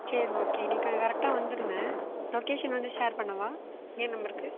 சேரி ஓகே நீங்கள் கரெக்டாக வந்துவிடுங்க லொக்கேஷன் வந்து ஷேர் பண்ணவா இதே நம்பர்க்கு